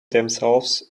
themselves